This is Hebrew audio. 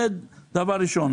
זה דבר ראשון.